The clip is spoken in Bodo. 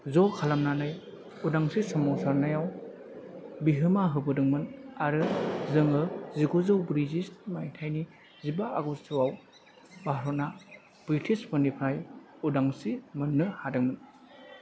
ज' खालमानानै उदांस्रि सोमावसारनायाव बिहोमा होसोदोंमोन आरो जोङो जिगुजौ ब्रैजि स्नि माइथायनि जिबा आगष्टआव भारता ब्रिटिसफोरनिफ्राय उदांस्रि मोन्नो हादोंमोन